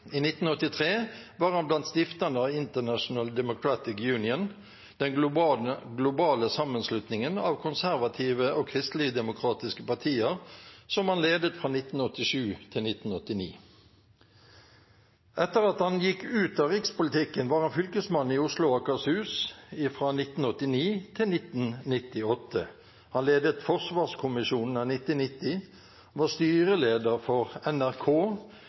I 1983 var han blant stifterne av International Democrat Union, den globale sammenslutningen av konservative og kristeligdemokratiske partier, som han ledet fra 1987 til 1989. Etter at han gikk ut av rikspolitikken, var han fylkesmann i Oslo og Akershus fra 1989 til 1998. Han ledet forsvarskommisjonen av 1990, var styreleder for NRK,